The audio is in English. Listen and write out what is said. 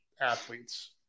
athletes